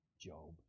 Job